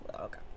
Okay